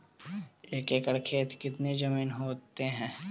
एक एकड़ खेत कितनी जमीन होते हैं?